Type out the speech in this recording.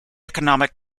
economic